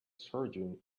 surgeon